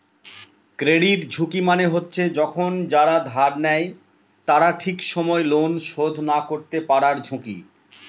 credit ঝুঁকি মানে হচ্ছে যখন যারা ধার নেয় তারা ঠিক সময় লোন শোধ না করতে পারার ঝুঁকি